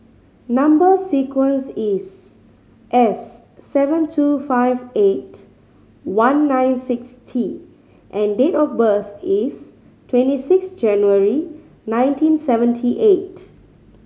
number sequence is S seven two five eight one nine six T and date of birth is twenty six January nineteen seventy eight